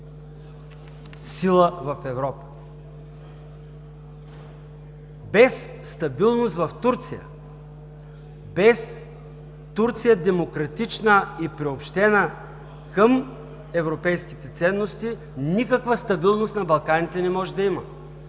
сила в Европа. Без стабилност в Турция, без Турция демократична и приобщена към европейските ценности, никаква стабилност на Балканите не може да има.